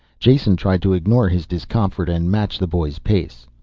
jason tried to ignore his discomfort and match the boy's pace.